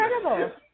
incredible